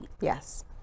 Yes